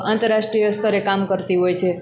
આંતરરાષ્ટ્રિય સ્તરે કામ કરતી હોય છે